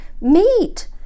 meat